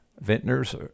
vintners